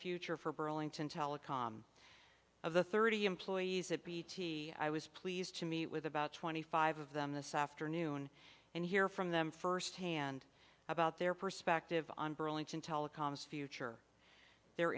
future for burlington telecom of the thirty employees at bt i was pleased to meet with about twenty five of them this afternoon and hear from them first hand about their perspective on burlington telecoms future their